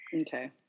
okay